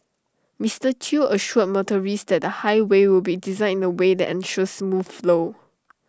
Mister chew assured motorist that the highway will be designed in A way that ensures smooth flow